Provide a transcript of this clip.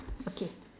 okay